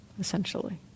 essentially